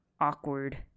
Awkward